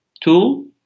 tool